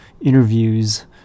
interviews